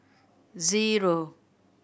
zero